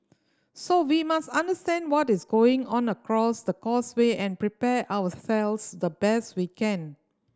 so we must understand what is going on across the causeway and prepare ourselves the best we can